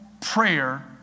prayer